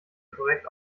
korrekt